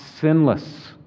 sinless